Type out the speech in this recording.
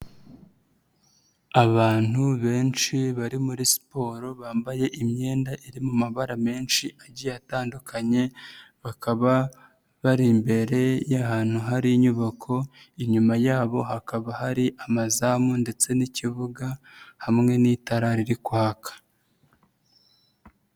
Abantu benshi bari muri siporo bambaye imyenda iri mu mabara menshi agiye atandukanye bakaba bari imbere y'ahantu hari inyubako, inyuma yabo hakaba hari amazamu ndetse n'ikibuga hamwe n'itara riri kwaka.